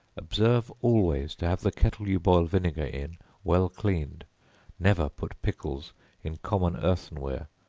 observe always to have the kettle you boil vinegar in well cleaned never put pickles in common earthen-ware,